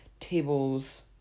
tables